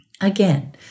Again